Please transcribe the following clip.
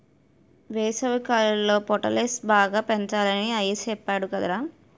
వేసవికాలంలో పొటల్స్ బాగా పెంచాలని అయ్య సెప్పేడు కదరా